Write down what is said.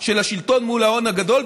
של השלטון מול ההון הגדול.